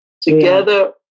Together